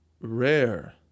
rare